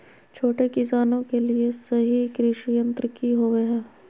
छोटे किसानों के लिए सही कृषि यंत्र कि होवय हैय?